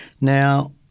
Now